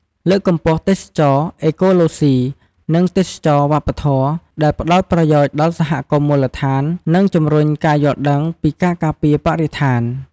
លើកកម្ពស់ទេសចរណ៍អេកូឡូស៊ី និងទេសចរណ៍វប្បធម៌ ដែលផ្តល់ប្រយោជន៍ដល់សហគមន៍មូលដ្ឋាន និងជំរុញការយល់ដឹងពីការការពារបរិស្ថាន។